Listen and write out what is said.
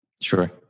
Sure